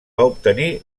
obtenir